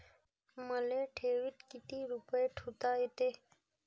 मले ठेवीत किती रुपये ठुता येते?